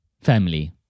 family